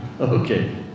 Okay